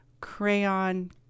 crayon